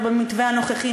ובמתווה הנוכחי,